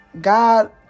God